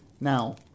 Now